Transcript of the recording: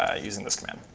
ah using this command.